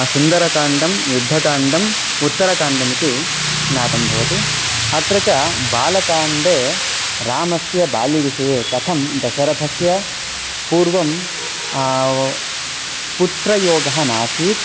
सुन्दरकाण्डं युद्धकाण्डम् उत्तरकाण्डम् इति ज्ञातं भवति अत्र च बालकाण्डे रामस्य बाल्यविषये कथं दशरथस्य पूर्वं पुत्रयोगः नासीत्